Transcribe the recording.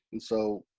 and so,